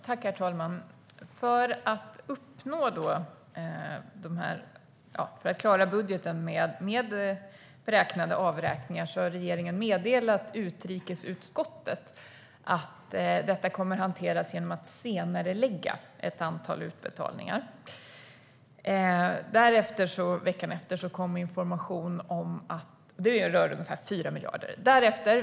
Herr talman! För att klara budgeten med beräknade avräkningar meddelade regeringen utrikesutskottet att detta kommer att hanteras genom att senarelägga ett antal utbetalningar. Det rör ungefär 4 miljarder.